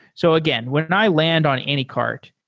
so again, when and i land on anycart,